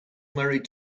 married